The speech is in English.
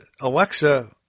Alexa